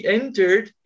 entered